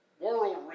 world